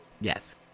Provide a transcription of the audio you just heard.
Yes